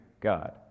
God